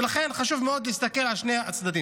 ולכן, חשוב מאוד להסתכל על שני הצדדים.